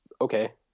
okay